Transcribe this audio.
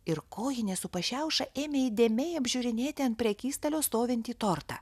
ir kojinė su pašiaušia ėmė įdėmiai apžiūrinėti ant prekystalio stovintį tortą